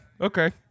okay